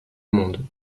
monde